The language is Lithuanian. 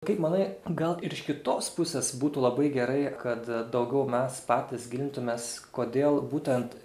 kaip manai gal ir iš kitos pusės būtų labai gerai kad daugiau mes patys gilintumės kodėl būtent